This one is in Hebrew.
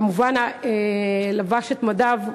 כמובן, הוא לבש את מדיו.